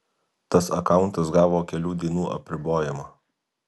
tas akauntas gavo kelių dienų apribojimą